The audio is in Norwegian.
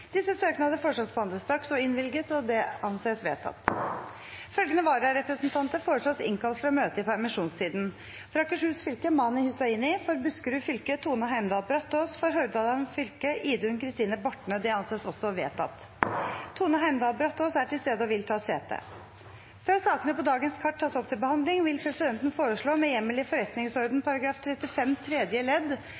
Følgende vararepresentanter innkalles for å møte i permisjonstiden: For Akershus fylke: Mani Hussaini For Buskerud fylke: Tone Heimdal Brataas For Hordaland fylke: Idun Kristine Bortne Tone Heimdal Brataas er til stede og vil ta sete. Før sakene på dagens kart tas opp til behandling, vil presidenten med hjemmel i